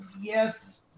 Yes